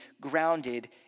grounded